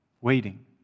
waiting